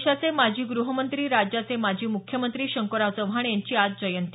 देशाचे माजी ग्रहमंत्री राज्याचे माजी मुख्यमंत्री शंकरराव चव्हाण यांची आज जयंती